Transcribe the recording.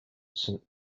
saint